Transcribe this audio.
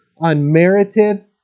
unmerited